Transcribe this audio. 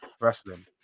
wrestling